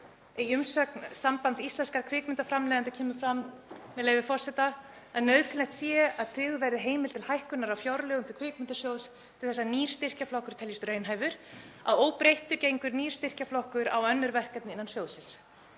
Í umsögn Sambands íslenskra kvikmyndaframleiðenda kemur fram, með leyfi forseta, að nauðsynlegt sé „tryggð verði heimild til hækkunar á fjárlögum til Kvikmyndasjóðs til þess að nýr styrkjaflokkur teljist raunhæfur. Að óbreyttu gengur nýr styrkjaflokkur á önnur verkefni innan sjóðsins“.